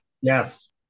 Yes